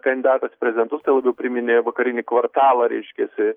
kandidatas į prezidentus tai labiau priminė vakarinį kvartalą reiškiasi